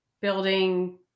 building